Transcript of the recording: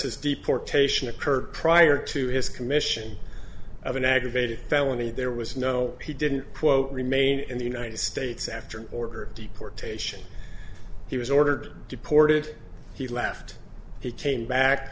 his deportation occurred prior to his commission of an aggravated felony there was no he didn't quote remain in the united states after order of deportation he was ordered deported he left he came back